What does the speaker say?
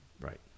Right